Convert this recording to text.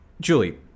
Julie